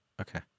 Okay